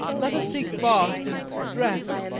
let us take bath, and dress,